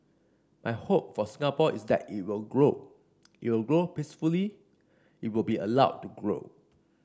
my hope for Singapore is that it will grow it will grow peacefully it will be allowed to grow